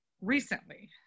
recently